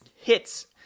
hits